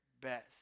best